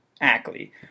Ackley